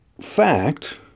fact